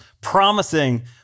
promising